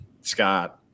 scott